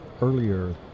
earlier